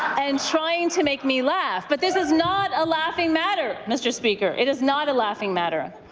and trying to make me laugh but this is not a laughing matter mr. speaker. it is not a laughing matter.